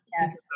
Yes